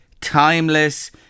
timeless